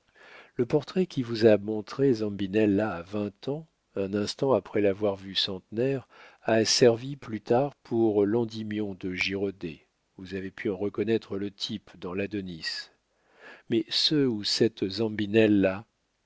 le portrait qui vous a montré zambinella à vingt ans un instant après l'avoir vu centenaire a servi plus tard pour l'endymion de girodet vous avez pu en reconnaître le type dans l'adonis mais ce ou cette